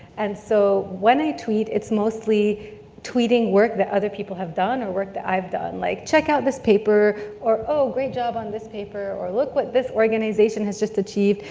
and so when i tweet, it's mostly tweeting work that other people have done or work that i've done, like check out this paper, or oh, great job on this paper, or look what this organization has just achieved.